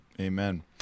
amen